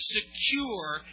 Secure